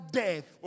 death